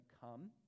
come